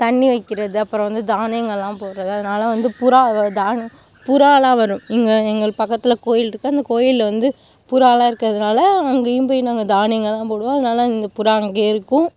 தண்ணி வைக்கிறது அப்புறம் வந்து தானியங்கள்லாம் போடுறது அதனால வந்து புறா வ தான் புறாலாம் வரும் எங்கள் எங்கள் பக்கத்தில் கோயில்யிருக்கு அந்த கோயிலில் வந்து புறாலாம் இருக்கிறதுனால அங்கேயும் போய் நாங்கள் தானியங்கள்லாம் போடுவோம் அதனால இந்த புறா அங்கேயே இருக்கும்